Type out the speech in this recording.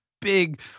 big